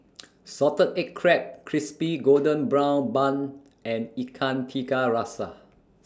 Salted Egg Crab Crispy Golden Brown Bun and Ikan Tiga Rasa